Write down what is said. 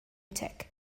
tech